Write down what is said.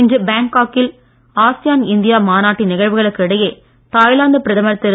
இன்று பேங்காக்கில் ASEAN India மாநாட்டின் நிகழ்வுகளுக்கு இடையே தாய்லாந்து பிரதமர் திரு